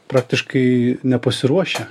praktiškai nepasiruošę